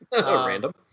Random